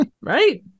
right